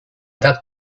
that